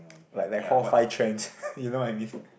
like like hall five trends you know what I mean